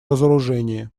разоружении